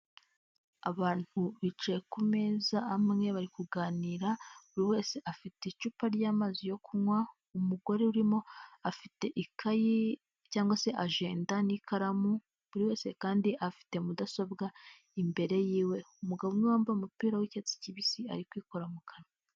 Abantu bicaye ku meza amwe bari kuganira, buri wese afite icupa ry'amazi yo kunywa. Umugore urimo afite ikayi cyangwa se ajenda n'ikaramu, buri wese kandi afite mudasobwa imbere yiwe. Umugabo umwe wambaye umupira w'icyatsi kibisi ari kwikora mu kanwa.